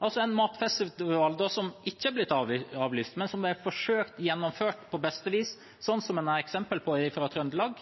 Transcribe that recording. En matfestival som ikke er blitt avlyst, men som er forsøkt gjennomført på beste vis, som en har eksempel på fra Trøndelag,